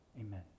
Amen